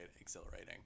exhilarating